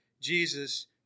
Jesus